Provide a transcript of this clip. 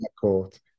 court